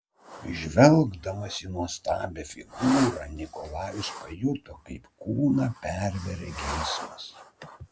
žvelgdamas į nuostabią figūrą nikolajus pajuto kaip kūną pervėrė geismas